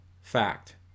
fact